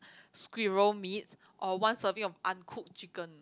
squirrel meats or one serving of uncooked chicken